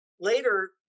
later